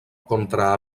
contra